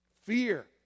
Fear